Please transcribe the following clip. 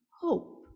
hope